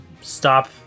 stop